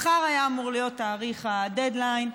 מחר אמור היה להיות תאריך הדדליין.